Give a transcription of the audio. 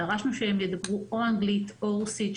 דרשנו שהם ידברו אנגלית או רוסית,